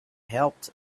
helped